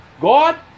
God